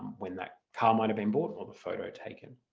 when that car might have been bought or the photo taken.